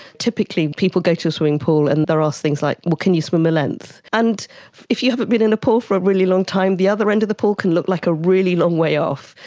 typically people go to a swimming pool and they are asked things like, well, can you swim a length? and if you haven't been in a pool for a really long time, the other end of the pool can look like a really long way off.